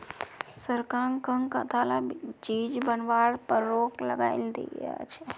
सरकार कं कताला चीज बनावार पर रोक लगइं दिया छे